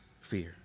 fear